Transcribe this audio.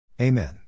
Amen